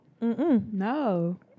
No